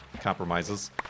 compromises